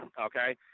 okay